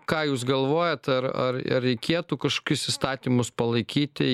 ką jūs galvojat ar ar ar reikėtų kažkokius įstatymus palaikyti